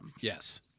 Yes